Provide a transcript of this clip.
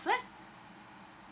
flat